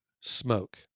smoke